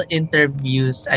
interviews